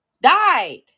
died